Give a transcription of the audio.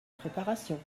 préparation